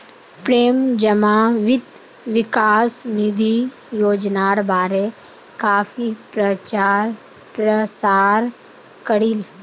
प्रेम जमा वित्त विकास निधि योजनार बारे काफी प्रचार प्रसार करील